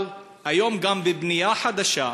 אבל היום, בבנייה חדשה,